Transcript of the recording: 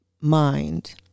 mind